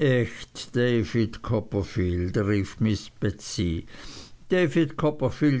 david copperfield